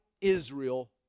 Israel